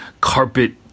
carpet